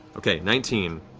okay, nineteen.